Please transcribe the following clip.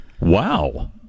Wow